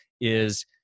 is-